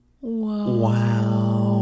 wow